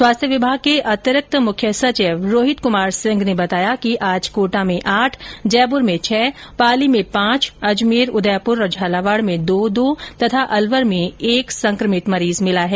स्वास्थ्य विभाग के अतिरिक्त मुख्य सचिव रोहित क्मार सिंह ने बताया कि आज कोटा में आठ जयप्र में छः पाली में पांच अजमेर उदयप्र और झालावाड में दो दो तथा अलवर में एक संक्रमित मरीज मिला है